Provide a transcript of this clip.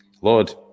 Lord